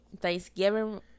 Thanksgiving